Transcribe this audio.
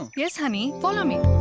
um yes honey, follow me.